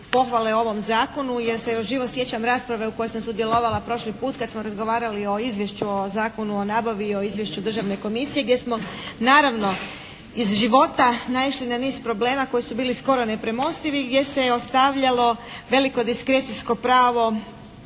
pohvale ovom zakonu, jer se još živo sjećam rasprave u kojoj sam sudjelovala prošli puta kada smo razgovarali o izvješću o Zakonu o nabavi, o izvješću državne komisije gdje smo naravno iz života naišli na niz problema koji su bili skoro nepremostivi, gdje se je ostavljalo veliko diskrecijsko pravo